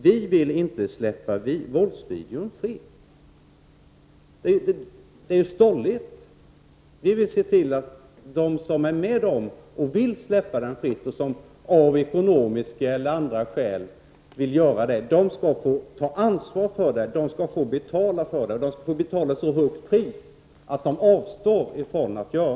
Vi vill inte släppa våldsvideon fri. Det är ju stolligt. Vi vill se till att de som önskar släppa våldsvideon fri, av ekonomiska eller andra skäl, skall få ta ansvaret. De skall få betala ett så högt pris att de avstår.